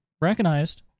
recognized